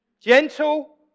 Gentle